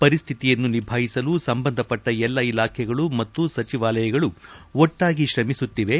ಪರಿಸ್ಠಿತಿಯನ್ನು ನಿಭಾಯಿಸಲು ಸಂಬಂಧಪಟ್ಟ ಎಲ್ಲಾ ಇಲಾಖೆಗಳು ಮತ್ತು ಸಚಿವಾಲಯಗಳು ಒಟ್ಟಾಗಿ ಶ್ರಮಿಸುತ್ತಿವೆ